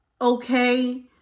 okay